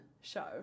show